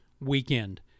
weekend